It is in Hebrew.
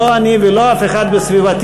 לא אני ולא אף אחד בסביבתי,